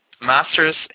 masters